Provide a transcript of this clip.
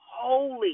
holy